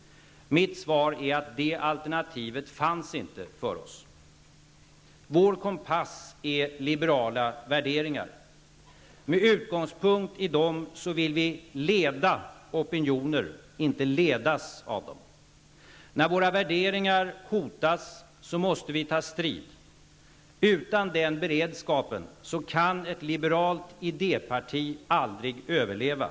Mitt svar är att det alternativet inte fanns för oss. Vår kompass är liberala värderingar. Med utgångspunkt i dem vill vi leda opinioner -- inte ledas av dessa. När våra värderingar hotas måste vi ta strid. Utan den beredskapen kan ett liberalt idéparti aldrig överleva.